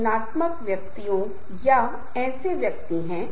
रिश्ता तोड़ने के लिए 1 या 2 शब्द ही काफी हैं